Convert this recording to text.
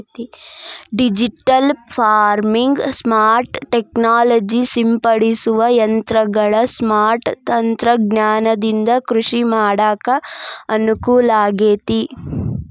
digital farming, smart technology ಸಿಂಪಡಿಸುವ ಯಂತ್ರಗಳ smart ತಂತ್ರಜ್ಞಾನದಿಂದ ಕೃಷಿ ಮಾಡಾಕ ಅನುಕೂಲಾಗೇತಿ